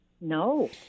No